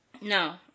no